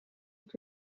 wird